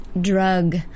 drug